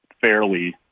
fairly